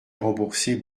rembourser